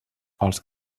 els